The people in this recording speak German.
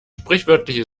sprichwörtliche